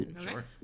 Sure